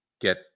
get